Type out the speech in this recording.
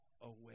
away